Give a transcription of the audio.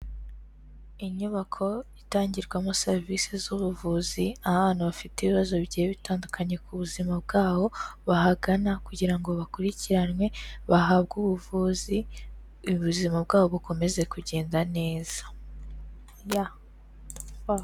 Inyubako itangirwamo serivisi z'ubuvuzi, aho abantu bafite ibibazo bigiye bitandukanye ku buzima bwabo, bahagana kugira ngo bakurikiranwe, bahabwe ubuvuzi, ubuzima bwabo bukomeze kugenda neza ya.